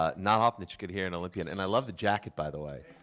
ah not often that you can hear an olympian. and i love the jacket, by the way.